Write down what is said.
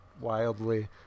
wildly